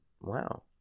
Wow